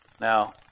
Now